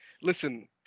Listen